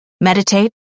meditate